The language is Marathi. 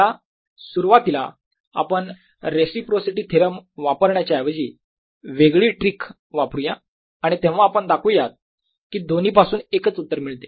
चला सुरुवातीला आपण रेसिप्रोसिटी थेरम वापरण्याच्या ऐवजी वापरूया वेगळी ट्रिक आणि तेव्हा आपण दाखवूयात कि दोन्ही पासून एकच उत्तर मिळते